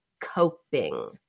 coping